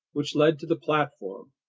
which led to the platform.